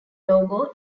logo